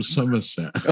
Somerset